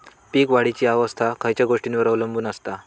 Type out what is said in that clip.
पीक वाढीची अवस्था खयच्या गोष्टींवर अवलंबून असता?